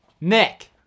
Nick